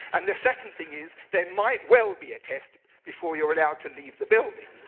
and the second thing is, there might well be a test before you're allowed to leave the building.